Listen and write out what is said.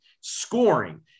scoring